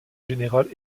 générale